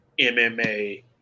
MMA